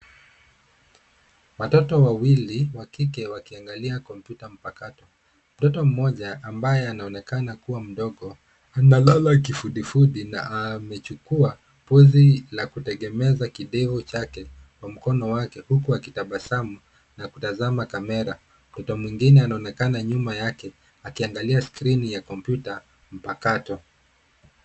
Watoto wawili wa kike wakiangalia kompyuta mpakato. Mtoto mmoja ambaye anaonekana kuwa mdogo analala kifudifudi na amechukua pozi la kutegemeza kidevu chake kwa mkono wake huku akitabasamu na kutazama kamera. Mtoto mwingine anaonekana nyuma yake akiangalia skrini ya kompyuta mpakato.